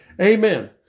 Amen